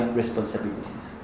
responsibilities